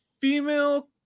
female